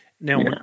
Now